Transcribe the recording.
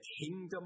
kingdom